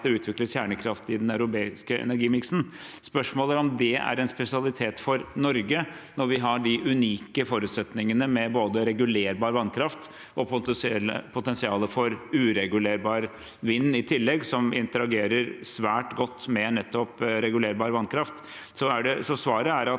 det utvikles kjernekraft i den europeiske energimiksen. Spørsmålet er om det er en spesialitet for Norge når vi har de unike forutsetningene med både regulerbar vannkraft og potensial for uregulerbar vind, som interagerer svært godt med nettopp regulerbar vannkraft. Svaret er at